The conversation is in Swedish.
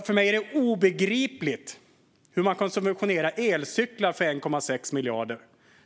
För mig är det obegripligt hur man kan subventionera elcyklar för 1,6 miljarder.